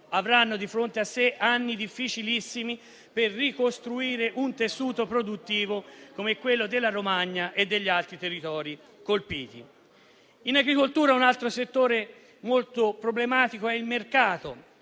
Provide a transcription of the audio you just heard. avranno di fronte a sé anni difficilissimi per ricostruire un tessuto produttivo come quello della Romagna e degli altri territori colpiti. In agricoltura, un altro settore molto problematico è il mercato: